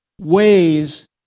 ways